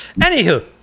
anywho